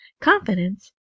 confidence